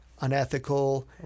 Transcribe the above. unethical